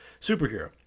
superhero